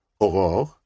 aurore